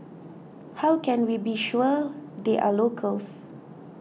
how can we be sure they are locals